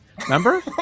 remember